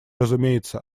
разумеется